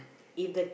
if the